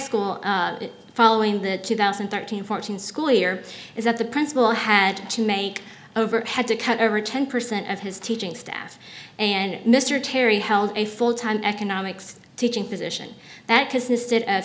school following the two thousand and thirteen fourteen school year is that the principal had to make over had to cut over ten percent of his teaching staff and mr terry held a fulltime economics teaching position